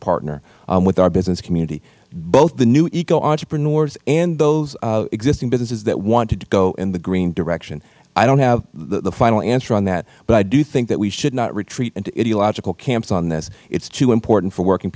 partner with our business community both the new eco entrepreneurs and those existing businesses that want to go in the green direction i don't have the final answer on that but i do think that we should not retreat into ideological camps on this it is too important for working